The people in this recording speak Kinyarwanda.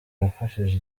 yafashije